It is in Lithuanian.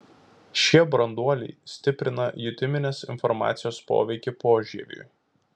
šie branduoliai stiprina jutiminės informacijos poveikį požieviui